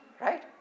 right